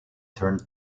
turned